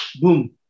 Boom